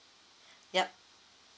yup